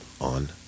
On